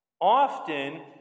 often